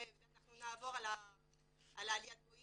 ונעבור על עליית הבואינג.